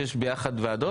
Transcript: שיש ביחד ועדות?